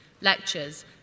lectures